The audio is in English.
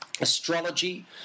astrology